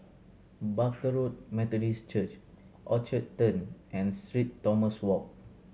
Barker Road Methodist Church Orchard Turn and Street Thomas Walk